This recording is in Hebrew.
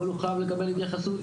אבל הוא חייב לקבל התייחסות,